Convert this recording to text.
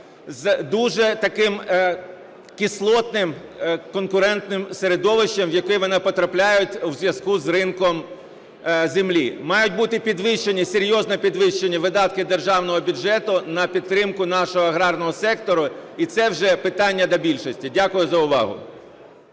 з дуже таким кислотним конкурентним середовищем, в яке вони потрапляють у зв'язку з ринком землі. Мають бути підвищені, серйозно підвищені видатки державного бюджету на підтримку нашого аграрного сектора. І це вже питання до більшості. Дякую за увагу.